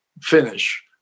finish